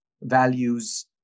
values